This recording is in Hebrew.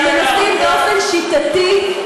שמנסים באופן שיטתי,